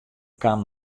kaam